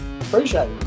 Appreciate